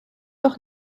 doch